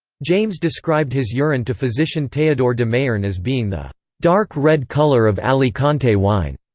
james described his urine to physician theodore de mayerne as being the dark red colour of alicante wine.